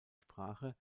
sprache